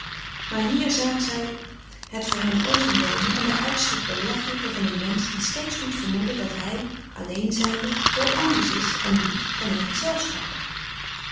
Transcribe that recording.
maar hier zagen zij het voor hen ongewone en bij uitstek belachelijke van een mensch die steeds doet vermoeden dat hij alleen zijnde heel anders is en doet dan in gezelschap